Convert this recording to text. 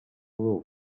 roof